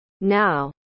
Now